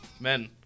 men